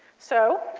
so,